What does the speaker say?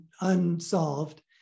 unsolved